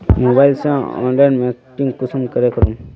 Mobile से online marketing कुंसम के करूम?